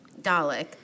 Dalek